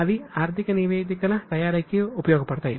అవి ఆర్థిక నివేదికల తయారీకి ఉపయోగపడతాయి